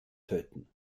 töten